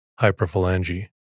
hyperphalange